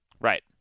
Right